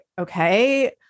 okay